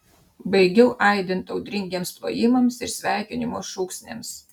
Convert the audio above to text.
baigiau aidint audringiems plojimams ir sveikinimo šūksniams